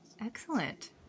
Excellent